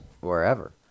wherever